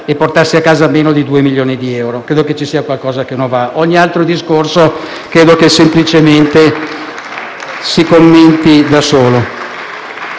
e portarsi a casa meno di due milioni di euro. Credo che ci sia qualcosa che non va e che ogni altro discorso semplicemente si commenti da solo.